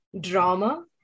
drama